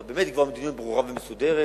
צריך באמת לקבוע מדיניות ברורה ומסודרת,